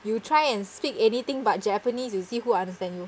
you try and speak anything but japanese you see who will understand you know